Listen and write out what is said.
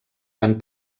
van